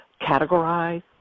categorize